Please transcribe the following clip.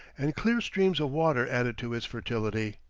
and clear streams of water added to its fertility.